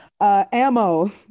Ammo